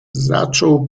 zaczął